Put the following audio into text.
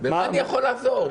במה אני יכול לעזור,